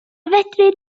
fedri